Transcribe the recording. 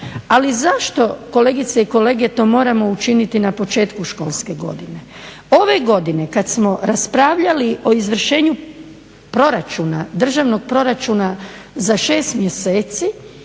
Ali zašto, kolegice i kolege to moramo učiniti na početku školske godine. Ove godine kad smo raspravljali o izvršenju proračuna, državnog proračuna za 6 mjeseci